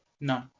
No